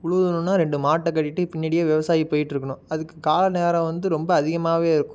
உழுகணும்னா ரெண்டு மாட்டை கட்டிட்டு பின்னாடியே விவசாயி போயிட்டிருக்கணும் அதுக்கு கால நேரம் வந்து ரொம்ப அதிகமாகவே இருக்கும்